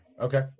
Okay